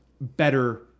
better